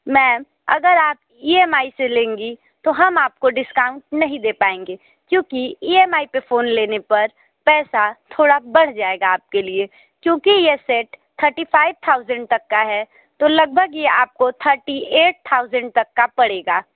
ma'am अगर आप E M I से लेंगी तो हम आपको डिस्काउंट नहीं दे पाएंगे क्योंकि ई एम आई पे फ़ोन लेने पर पैसा थोड़ा बढ़ जाएगा आपके लिए क्योंकि यह सेट थर्टी फाइव थाउजेंड तक का है तो लगभग यह आपको थर्टी एट थाउजेंड तक का पड़ेगा